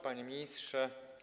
Panie Ministrze!